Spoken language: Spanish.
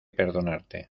perdonarte